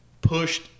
pushed